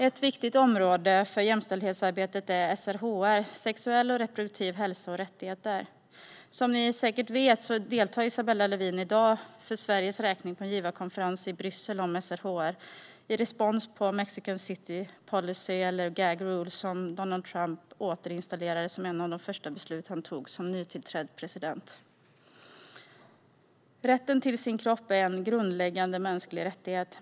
Ett viktigt område för jämställdhetsarbetet är SRHR, sexuell och reproduktiv hälsa och rättigheter. Som ni säkert vet deltar Isabella Lövin i dag för Sveriges räkning på en givarkonferens i Bryssel om SRHR, som respons på den Mexico City-policy, eller gag rule, som Donald Trump återinförde som ett av de första beslut han tog som nytillträdd president. Rätten till den egna kroppen är en grundläggande mänsklig rättighet.